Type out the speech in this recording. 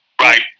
Right